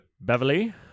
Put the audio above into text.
Beverly